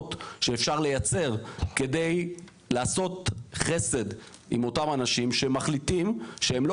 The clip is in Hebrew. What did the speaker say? פתרונות שאפשר לייצר כדי לעשות חסד עם אותם אנשים שמחליטים שהם לא